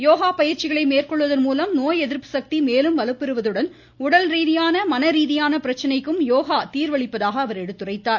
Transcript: யோகா பயிற்சிகளை மேற்கொள்வதன் மூலம் நோய் எதிர்ப்பு சக்தி மேலும் வலுப்பெறுவதுடன் உடல் ரீதியான மனரீதியான பிரச்சனைக்கும் யோகா தீர்வளிப்பதாக அவர் எடுத்துரைத்தார்